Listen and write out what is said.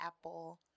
Apple